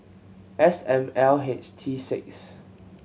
S M L H T six